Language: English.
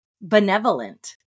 benevolent